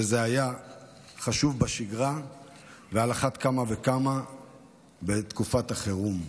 וזה היה חשוב בשגרה ועל אחת כמה וכמה חשוב בתקופת החירום.